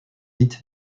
pit